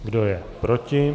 Kdo je proti?